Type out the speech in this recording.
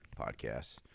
podcasts